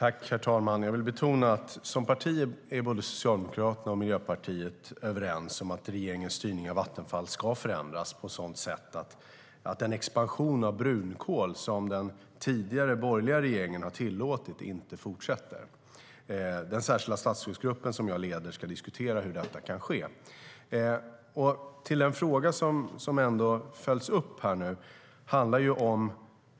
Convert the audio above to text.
Herr talman! Jag vill betona att som partier är både Socialdemokraterna och Miljöpartiet överens om att regeringens styrning av Vattenfall ska förändras på ett sådant sätt att expansionen av brunkol, som den tidigare borgerliga regeringen har tillåtit, inte fortsätter. Den särskilda statsrådsgrupp som jag leder ska diskutera hur detta kan ske. Den fråga som nu följs upp här handlar om